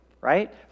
right